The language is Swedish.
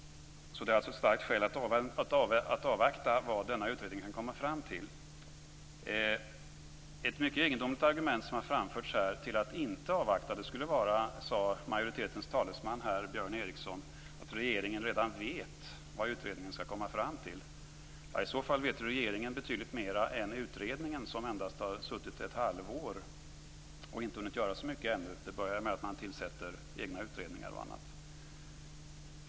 Det finns alltså ett starkt skäl för att avvakta vad denna utredning kan komma fram till. Ett mycket egendomligt argument för att inte avvakta som här har framförts är - som majoritetens talesman Björn Ericson sade - att regeringen redan vet vad utredningen skall komma fram till. Ja, i så fall vet regeringen betydligt mera än utredningen som endast har arbetat ett halvår och inte hunnit att göra så mycket ännu. Det började med att man tillsatte egna utredningar och annat.